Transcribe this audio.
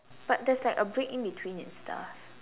but there's like a break in between and stuff